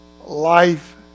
life